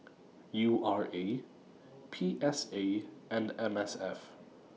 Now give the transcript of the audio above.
U R A P S A and M S F